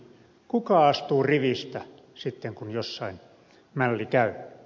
kuka astuu rivistä sitten kun jossain mälli käy